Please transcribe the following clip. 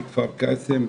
בכפר קאסם,